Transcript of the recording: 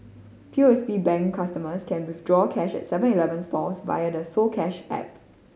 P O S B Bank customers can withdraw cash at Seven Eleven stores via the soCash app